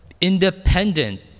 independent